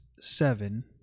seven